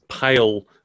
pale